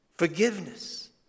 forgiveness